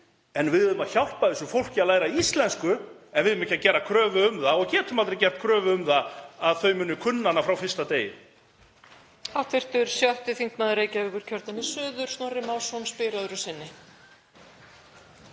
Við eigum að hjálpa þessu fólki að læra íslensku en við eigum ekki að gera kröfu um það og getum aldrei gert kröfu um það að þau muni kunna hana frá fyrsta degi.